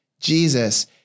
Jesus